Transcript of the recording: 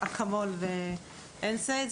אקמול ו-NSAID,